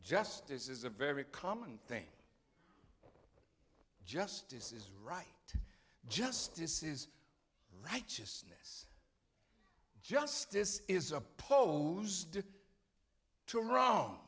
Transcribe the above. just this is a very common thing justice is right justice is righteousness justice is opposed to wrong